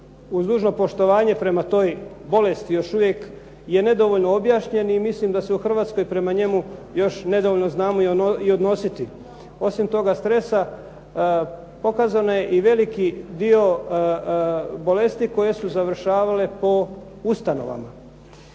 uz dužno poštovanje prema toj bolesti još uvijek je nedovoljno objašnjen i mislim da se Hrvatskoj prema njemu još nedovoljno znamo i odnositi. Osim toga, pokazan je i veliki dio bolesti koje su završavale po ustanovama.